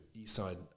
Eastside